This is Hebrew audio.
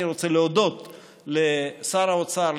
אני רוצה להודות לשר האוצר,